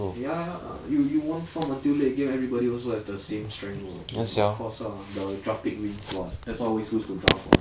ya ya ah you want farm until late game everybody also have the same strength what then of course lah the draft pick wins [what] that's why I always lose to draft [one]